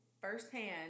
firsthand